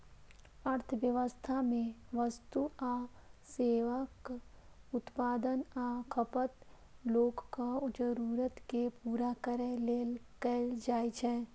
अर्थव्यवस्था मे वस्तु आ सेवाक उत्पादन आ खपत लोकक जरूरत कें पूरा करै लेल कैल जाइ छै